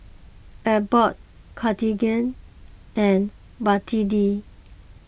Abbott Cartigain and Betadine